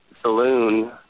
Saloon